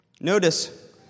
Notice